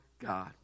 God